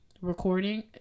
recording